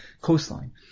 coastline